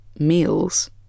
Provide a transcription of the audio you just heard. Meals